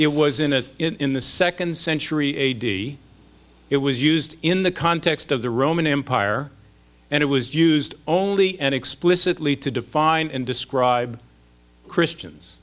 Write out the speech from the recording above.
it was in it in the second century a d it was used in the context of the roman empire and it was used only and explicitly to define and describe christians